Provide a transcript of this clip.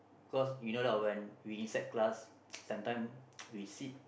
cause you know lah when we inside class sometime we sit